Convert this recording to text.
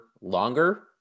longer